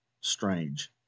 strange